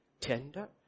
tender